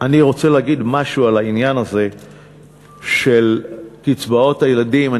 אני רוצה להגיד משהו על העניין הזה של קצבאות הילדים.